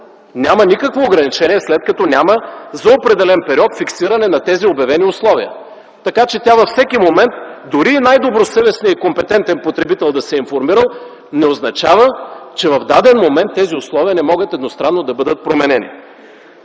Няма никакво ограничение, след като няма фиксиране на тези обявени условия за определен период. Дори и най-добросъвестният и компетентен потребител да се е информирал, не означава, че в даден момент тези условия не могат едностранно да бъдат променени.